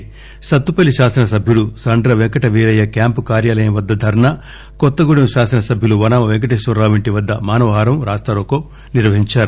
అలాగే సత్తుపల్లి శాసనసభ్యులు సండ్ర పెంకటవీరయ్య క్యాంపు కార్యాలయం వద్ద ధర్నా కొత్తగూడెం శాసనసభ్యులు వనమా పెంకటేశ్వరరావు ఇంటి వద్ద మానవహారం రాస్తారోకో నిర్వహించారు